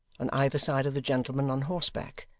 on either side of the gentleman on horseback,